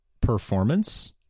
performance